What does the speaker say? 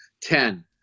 Ten